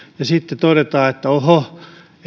ja sitten todetaan että oho